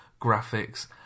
graphics